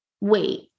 wait